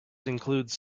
includes